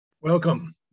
Welcome